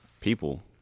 people